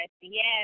yes